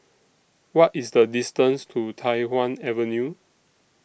What IS The distance to Tai Hwan Avenue